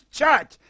church